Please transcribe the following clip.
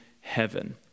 heaven